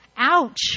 Ouch